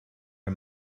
are